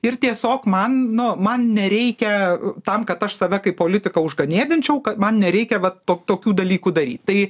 ir tiesiog man nu man nereikia tam kad aš save kaip politiką užganėdinčiau kad man nereikia vat to tokių dalykų daryt tai